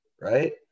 Right